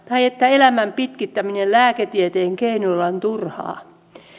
että elämän pitkittäminen lääketieteen keinoilla on turhaa